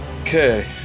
Okay